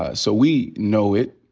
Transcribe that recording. ah so we know it.